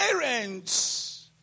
parents